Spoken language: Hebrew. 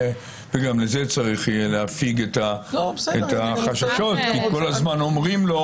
וגם לזה יהיה צריך יהיה להפיג את החששות כי כל הזמן אומרים לו: